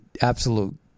absolute